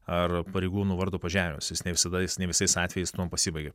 ar pareigūno vardo pažeminimas jis ne visada ne visais atvejais tuom pasibaigia